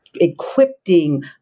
equipping